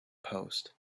post